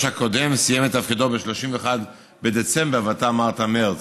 הקודם סיים את תפקידו ב-31 בדצמבר ואתה אמרת מרס.